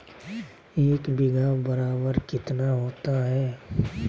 एक बीघा बराबर कितना होता है?